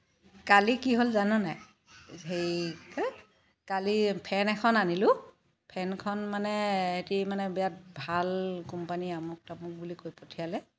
কালি কি হ'ল জানা নাই সেই কি কয় কালি ফেন এখন আনিলো ফেনখন মানে এটি মানে বিৰাট ভাল কোম্পানীৰ আমোক তামোক বুলি কৈ পঠিয়ালে